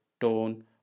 tone